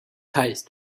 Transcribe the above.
heißt